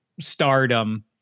stardom